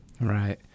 Right